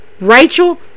Rachel